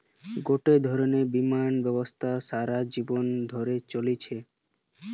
গটে ধরণের বীমা ব্যবস্থা সারা জীবন ধরে চলতিছে